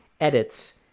edits